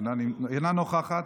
אינה נוכחת.